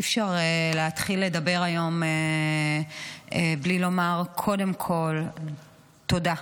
אי-אפשר להתחיל לדבר היום בלי לומר קודם כול תודה,